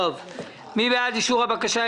מי בעד אישור הבקשה?